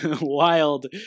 wild